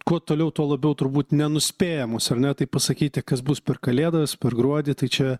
kuo toliau tuo labiau turbūt nenuspėjamos ar ne tai pasakyti kas bus per kalėdas per gruodį tai čia